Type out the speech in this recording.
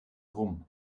rum